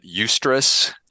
eustress